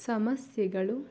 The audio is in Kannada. ಸಮಸ್ಯೆಗಳು